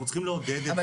אנחנו צריכים לעודד את זה.